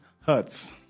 hurts